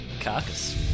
Carcass